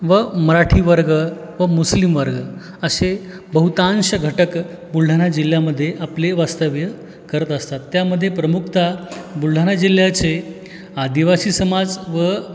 व मराठी वर्ग व मुस्लिम वर्ग असे बहुतांश घटक बुलढाणा जिल्ह्यामध्ये आपले वास्तव्य करत असतात त्यामध्ये प्रमुखतः बुलढाणा जिल्ह्याचे आदिवासी समाज व